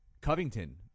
covington